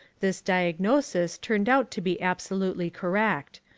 this diagnosis turned out to be absolutely correct.